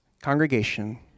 congregation